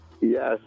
Yes